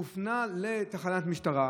הוא הופנה לתחנת משטרה,